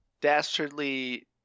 dastardly